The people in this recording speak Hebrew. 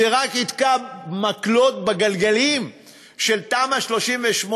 זה רק יתקע מקלות בגלגלים של תמ"א 38,